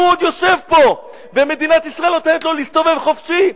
והוא עוד יושב פה ומדינת ישראל נותנת לו להסתובב חופשי.